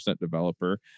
developer